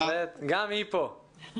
בהחלט, גם היא פה.